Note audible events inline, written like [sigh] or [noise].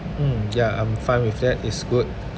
mm [noise] ya I'm fine with that it's good